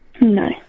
no